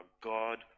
God